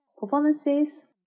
performances